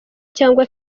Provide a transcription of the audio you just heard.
cyangwa